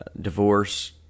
divorce